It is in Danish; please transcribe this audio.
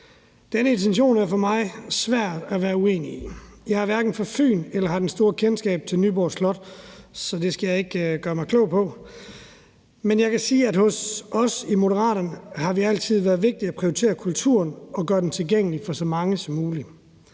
Denne intention er for det mig svært at være uenig i. Jeg er hverken fra Fyn eller har det store kendskab til Nyborg Slot, så det skal jeg ikke gøre mig klog på, men jeg kan sige, at hos os i Moderaterne har det altid været vigtigt at prioritere kulturen og gøre den tilgængelig for så mange som muligt.